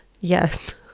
Yes